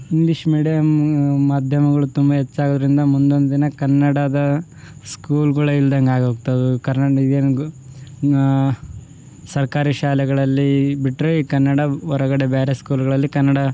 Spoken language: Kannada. ಇಂಗ್ಲಿಷ್ ಮೀಡಿಯಮ್ ಮಾಧ್ಯಮಗಳು ತುಂಬ ಹೆಚ್ಚಾಗೋದ್ರಿಂದ ಮುಂದೊಂದು ದಿನ ಕನ್ನಡದ ಸ್ಕೂಲ್ಗಳೆ ಇಲ್ದಂಗೆ ಆಗೋಗ್ತಾವೆ ಸರ್ಕಾರಿ ಶಾಲೆಗಳಲ್ಲಿ ಬಿಟ್ಟರೆ ಕನ್ನಡ ಹೊರಗಡೆ ಬೇರೆ ಸ್ಕೂಲ್ಗಳಲ್ಲಿ ಕನ್ನಡ